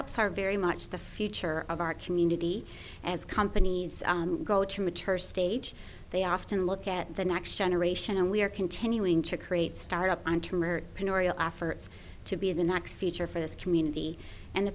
ups are very much the future of our community as companies go to mature stage they often look at the next generation and we are continuing to create start up on toomer in oriel efforts to be the next feature for this community and the